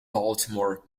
baltimore